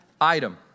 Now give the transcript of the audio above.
item